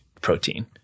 protein